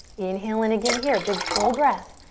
inhale in again here, big, full breath.